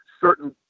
certain